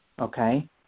Okay